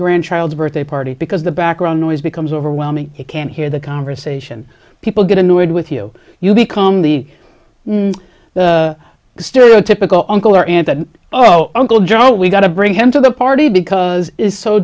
grandchild's birthday party because the background noise becomes overwhelming you can hear the conversation people get annoyed with you you become the stereotypical uncle or aunt that oh uncle joe we got to bring him to the party because it's so